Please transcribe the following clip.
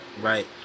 Right